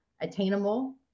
attainable